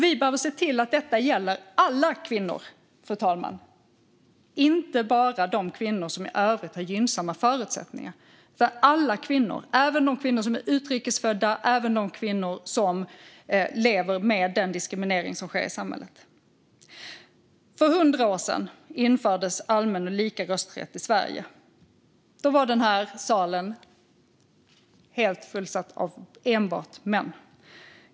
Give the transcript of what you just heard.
Vi behöver se till att detta gäller alla kvinnor, fru talman, inte bara de kvinnor som i övrigt har gynnsamma förutsättningar. Det gäller även utrikes födda kvinnor och de kvinnor som lever med den diskriminering som sker i samhället. För hundra år sedan infördes allmän och lika rösträtt i Sverige. Då var den här salen helt fullsatt av enbart män.